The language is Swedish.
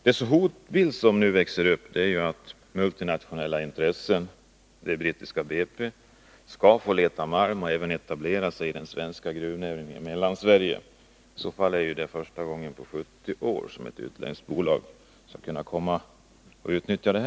Herr talman! Den hotbild som nu träder fram är att multinationella intressen — det brittiska BP — skall få leta malm och även etablera sig i svensk gruvnäring i Mellansverige. I så fall är det ju första gången på 70 år som ett utländskt bolag skall kunna utnyttja denna möjlighet.